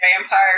vampire